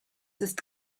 ist